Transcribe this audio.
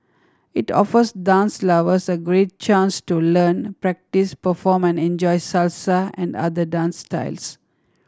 it offers dance lovers a great chance to learn practice perform and enjoy Salsa and other dance styles